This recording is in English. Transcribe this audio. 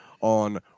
on